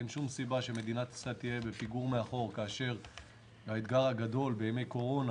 אין שום סיבה שמדינת ישראל תהיה בפיגור כאשר האתגר הגדול בימי קורונה